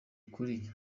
ukuri